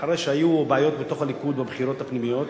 אחרי שהיו בעיות בליכוד בבחירות הפנימיות,